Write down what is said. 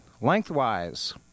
lengthwise